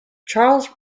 charles